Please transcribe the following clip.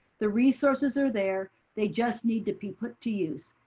the resources are there. they just need to be put to use.